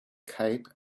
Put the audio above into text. cape